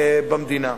במדינה.